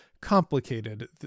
complicated